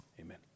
Amen